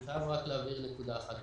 אני חייב להבהיר נקודה אחת,